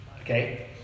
Okay